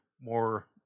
more